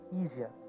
easier